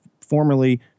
formerly